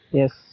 yes